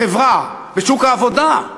בחברה, בשוק העבודה,